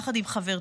יחד עם חברתי,